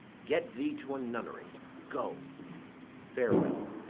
get thee to a nunnery, go farewell.